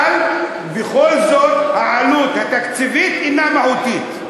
אבל בכל זאת העלות התקציבית אינה מהותית.